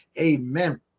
amen